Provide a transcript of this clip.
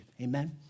Amen